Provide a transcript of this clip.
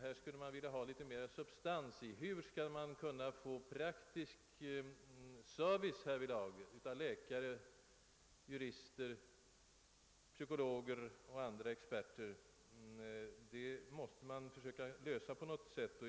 Man skulle vilja ha litet mer substans i viljeyttringen: Hur skall man kunna rent praktiskt åstadkomma effektiv service åt vårdnämnderna av läkare, jurister, psykologer och andra experter? Den frågan måste lösas på något sätt.